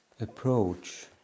approach